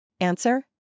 Answer